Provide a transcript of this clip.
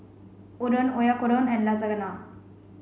Udon Oyakodon and Lasagna